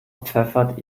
pfeffert